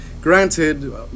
Granted